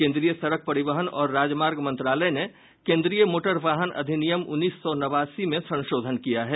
केन्द्रीय सड़क परिवहन और राजमार्ग मंत्रालय ने केन्द्रीय मोटर वाहन अधिनियम उन्नीस सौ नवासी में संशोधन किया है